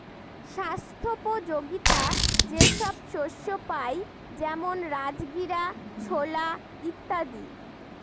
স্বাস্থ্যোপযোগীতা যে সব শস্যে পাই যেমন রাজগীরা, ছোলা ইত্যাদি